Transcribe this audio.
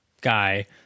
guy